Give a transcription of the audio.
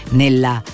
nella